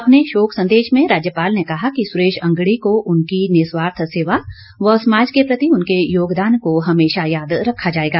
अपने शोक संदेश में राज्यपाल ने कहा कि सुरेश अंगड़ी को उनकी निस्वार्थ सेवा व समाज के प्रति उनके योगदान को हमेशा याद रखा जाएगा